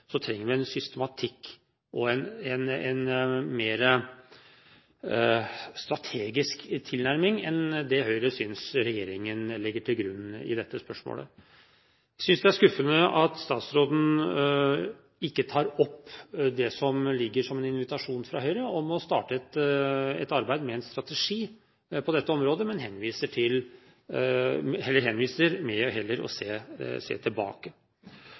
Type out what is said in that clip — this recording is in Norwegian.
trenger vi en systematikk og en mer strategisk tilnærming enn det Høyre synes regjeringen legger til grunn i dette spørsmålet. Jeg synes det er skuffende at statsråden ikke tar opp det som ligger som en invitasjon fra Høyre om å starte et arbeid med en strategi på dette området, men heller ser tilbake. Jeg håper at dette i hvert fall kan være et bidrag på veien til å